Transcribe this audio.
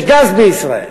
יש גז בישראל.